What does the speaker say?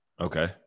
Okay